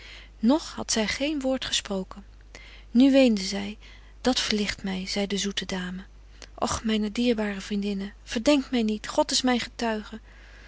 nog hadt zy geen woord gesproken nu weende zy dat verligt my zei de zoete dame och myne dierbare vriendinnen verdenkt my niet god is myn getuige